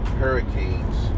hurricanes